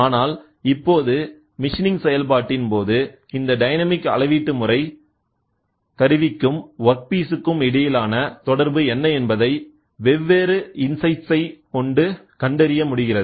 ஆனால் இப்போது மிஷினிங் செயல்பாட்டின் போது இந்த டைனமிக் அளவீட்டு முறை கருவிக்கும் வொர்க்பீசிற்கும் இடையிலான தொடர்பு என்ன என்பதை வெவ்வேறு இன்சைட்ஸ் ஐ கொண்டு கண்டறிய முடிகிறது